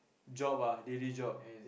job ah daily job